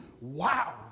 wow